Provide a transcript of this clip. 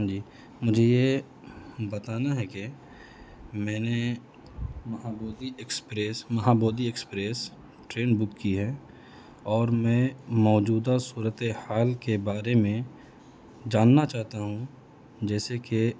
جی مجھے یہ بتانا ہے کہ میں نے Mahabodhi express Mahabodhi express train book کی ہے اور میں موجودہ صورت حال کے بارے میں جاننا چاہتا ہوں جیسے کہ